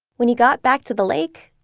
when he got back to the lake,